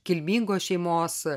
kilmingos šeimos